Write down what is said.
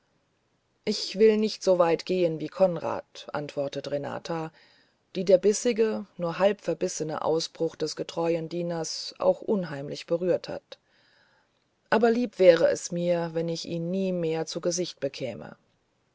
ich will nicht so weit gehen wie konrad antwortet renata die der bissige nur halb verbissene ausbruch des getreuen dieners auch unheimlich berührt hat aber lieb wäre es mir wenn ich ihn nie mehr zu gesichte bekäme